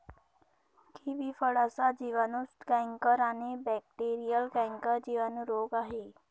kiwi फळाचा जिवाणू canker आणि बॅक्टेरीयल कैंकर जिवाणू रोग आहे